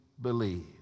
believe